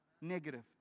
Negative